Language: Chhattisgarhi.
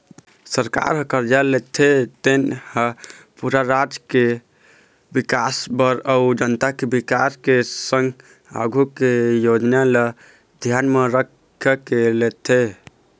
सरकार ह करजा लेथे तेन हा पूरा राज के बिकास बर अउ जनता के बिकास के संग आघु के योजना ल धियान म रखके लेथे